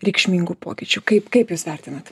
reikšmingų pokyčių kaip kaip jūs vertinate